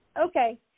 Okay